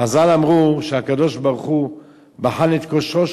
חז"ל אמרו שהקדוש-ברוך-הוא בחן את כושרו